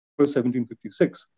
1756